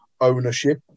ownership